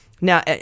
Now